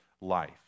life